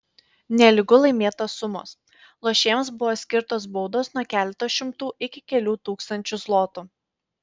nelygu laimėtos sumos lošėjams buvo skirtos baudos nuo keleto šimtų iki kelių tūkstančių zlotų